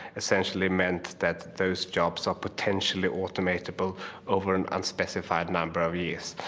essentially meant that those jobs are potentially automatable over an unspecified number of years.